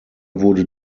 wurde